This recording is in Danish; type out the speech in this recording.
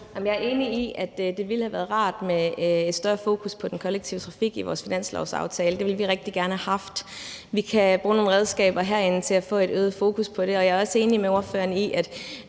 Jeg er enig i, at det ville have været rart med et større fokus på den kollektive trafik i vores finanslovsaftale. Det ville vi rigtig gerne have haft. Vi kan bruge nogle redskaber herinde til at få et øget fokus på det. Jeg er også enig med ordføreren i, at